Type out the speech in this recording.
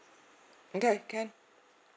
okay can